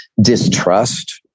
distrust